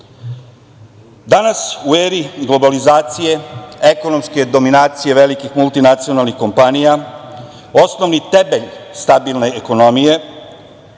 u eri globalizacije, ekonomske dominacije velikih multinacionalnih kompanija, osnovni temelj stabilne ekonomije